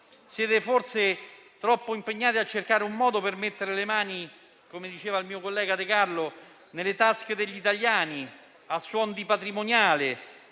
siete troppo impegnati a cercare un modo per mettere le mani, come diceva il mio collega De Carlo, nelle tasche degli italiani a suon di patrimoniale